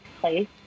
place